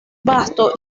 vasto